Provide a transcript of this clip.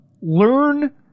Learn